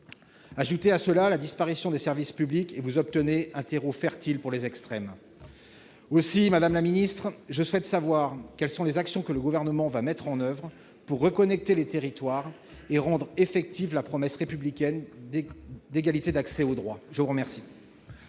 Ajoutez à cela la disparition des services publics et vous obtenez un terreau fertile pour les extrêmes. Aussi, je souhaite savoir quelles actions le Gouvernement compte mettre en oeuvre pour reconnecter les territoires et rendre effective la promesse républicaine d'égalité d'accès aux droits. La parole